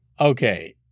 Okay